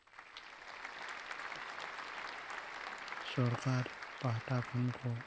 ᱥᱚᱨᱠᱟᱨ ᱯᱟᱦᱴᱟ ᱠᱷᱚᱱ ᱠᱚ